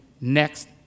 next